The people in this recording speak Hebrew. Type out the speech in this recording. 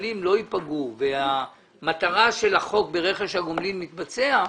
שהמפעלים לא ייפגעו והמטרה של החוק ברכש הגומלין מתבצעת,